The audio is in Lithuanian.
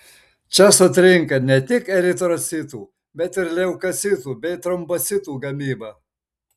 čia sutrinka ne tik eritrocitų bet ir leukocitų bei trombocitų gamyba